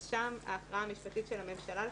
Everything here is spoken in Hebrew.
אז שם ההכרעה המשפטית של הממשלה,